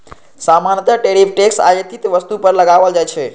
सामान्यतः tariff tax आयातित वस्तु पर लगाओल जाइ छै